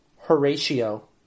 Horatio